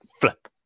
flip